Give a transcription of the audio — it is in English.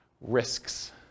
risks